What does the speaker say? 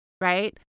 right